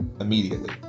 immediately